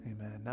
Amen